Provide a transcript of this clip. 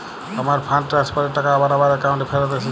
আমার fund transfer এর টাকা আবার আমার একাউন্টে ফেরত এসেছে